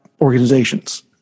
organizations